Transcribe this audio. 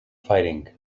fighting